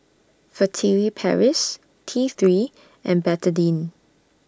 Furtere Paris T three and Betadine